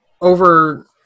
over –